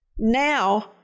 Now